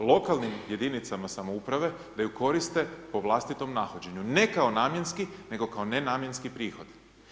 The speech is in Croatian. lokalnim jedinicama samouprave da ju koriste po vlastitom nahođenju, ne kao namjenski nego kao nenamjenski prihod.